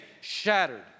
shattered